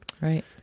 Right